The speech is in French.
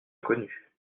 inconnues